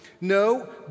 No